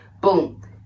boom